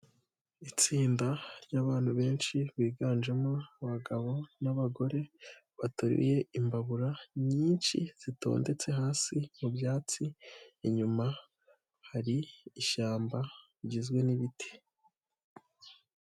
Itsinda ry'abantu benshi biganjemo abagabo n'abagore ba bataruye imbabura nyinshi zitondetse hasi mu byatsi, inyuma hari ishyamba rigizwe n'ibiti.